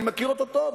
אני מכיר אותו טוב,